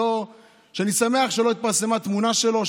שאני שמח שלא התפרסמה תמונה שלו,